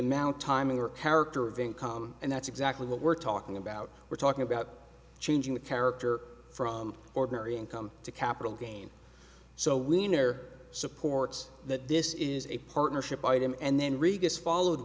amount timing or character of income and that's exactly what we're talking about we're talking about changing the character from ordinary income to capital gain so we enter supports that this is a partnership item and then regus followed